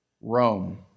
Rome